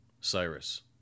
Cyrus